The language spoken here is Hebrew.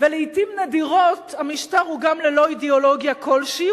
ולעתים נדירות המשטר הוא גם ללא אידיאולוגיה כלשהי,